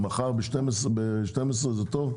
מחר ב-12:00 זה טוב?